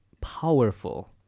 Powerful